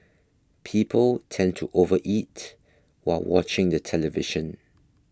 people tend to overeat while watching the television